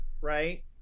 Right